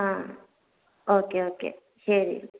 ആ okay okay ശരി